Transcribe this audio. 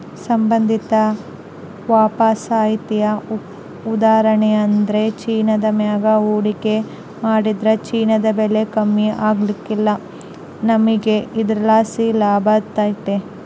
ಸಂಬಂಧಿತ ವಾಪಸಾತಿಯ ಉದಾಹರಣೆಯೆಂದ್ರ ಚಿನ್ನದ ಮ್ಯಾಗ ಹೂಡಿಕೆ ಮಾಡಿದ್ರ ಚಿನ್ನದ ಬೆಲೆ ಕಮ್ಮಿ ಆಗ್ಕಲ್ಲ, ನಮಿಗೆ ಇದರ್ಲಾಸಿ ಲಾಭತತೆ